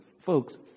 folks